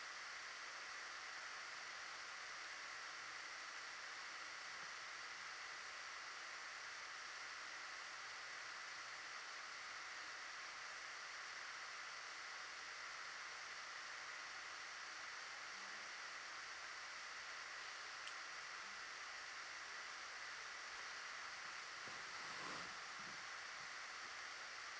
mmhmm mm